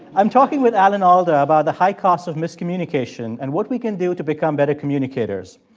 i'm talking with alan alda about the high costs of miscommunication and what we can do to become better communicators.